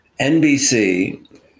NBC